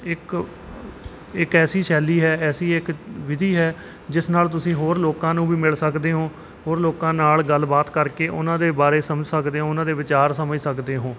ਇੱਕ ਇੱਕ ਐਸੀ ਸ਼ੈਲੀ ਹੈ ਐਸੀ ਇੱਕ ਵਿਧੀ ਹੈ ਜਿਸ ਨਾਲ ਤੁਸੀਂ ਹੋਰ ਲੋਕਾਂ ਨੂੰ ਵੀ ਮਿਲ ਸਕਦੇ ਹੋ ਹੋਰ ਲੋਕਾਂ ਨਾਲ ਗੱਲਬਾਤ ਕਰਕੇ ਉਹਨਾਂ ਦੇ ਬਾਰੇ ਸਮਝ ਸਕਦੋ ਹੋ ਉਹਨਾਂ ਦੇ ਵਿਚਾਰ ਸਮਝ ਸਕਦੇ ਹੋ